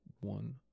One